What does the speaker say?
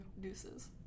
deuces